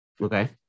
Okay